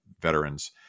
veterans